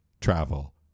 travel